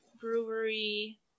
brewery